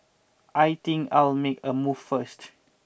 I think I'll make a move first